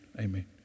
amen